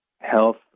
health